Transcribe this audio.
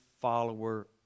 follower